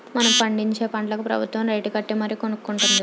మనం పండించే పంటలకు ప్రబుత్వం రేటుకట్టి మరీ కొనుక్కొంటుంది